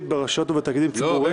ברשויות ובתאגידים ציבוריים (תיקוני חקיקה),